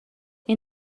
این